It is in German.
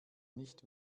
nicht